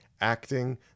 acting